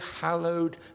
hallowed